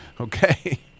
Okay